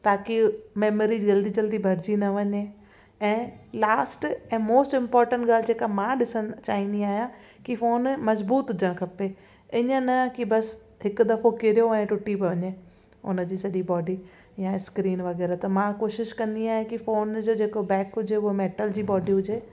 ताक़ी मैमरी जल्दी जल्दी भरजी न वञे ऐं लास्ट ऐं मोस्ट इंपॉर्टेंट जेका मां ॾिसणु चाहींदी आहियां की फोन मज़बूत हुजणु खपे ईअं न की बसि हिकु दफ़ो किरियो ऐं टूटी वञे उन जी सॼी बॉडी या स्क्रीन वग़ैरह त मां कोशिश कंदी आहियां की फोन जो जेको बैक हुजे उहो मैटल जी बॉडी हुजे